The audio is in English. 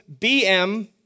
BM